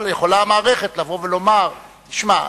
יכולה המערכת לומר: תשמע,